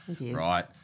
right